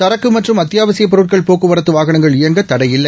சரக்கு மற்றும் அத்தியாவசியப் பொருட்கள் போக்குவரத்து வாகனங்கள் இயங்க தடையில்லை